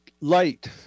Light